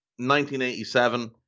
1987